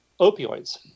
opioids